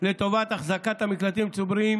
לטובת החזקת המקלטים הציבוריים,